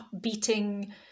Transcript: beating